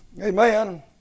Amen